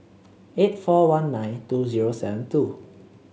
eight four one nine two zero seven two